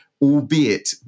albeit